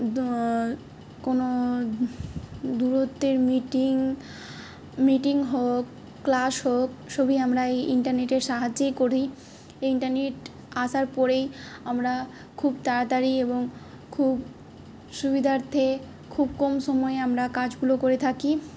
কোনো দূরত্বের meeting meeting হোক ক্লাস হোক সবই আমরা এই ইন্টারনেটের সাহায্যেই করি এই ইন্টারনেট আসার পরেই আমরা খুব তাড়াতাড়ি এবং খুব সুবিধার্থে খুব কম সময়ে আমরা কাজগুলো করে থাকি